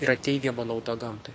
yra teigiama nauda gamtai